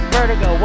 Vertigo